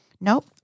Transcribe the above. Nope